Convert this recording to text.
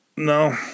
No